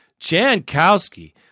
Jankowski